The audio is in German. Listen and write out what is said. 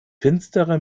finsterer